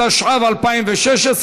התשע"ו 2016,